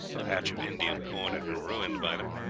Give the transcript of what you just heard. a patch of indian corn had been ruined by them,